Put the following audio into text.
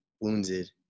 wounded